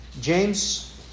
James